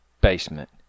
basement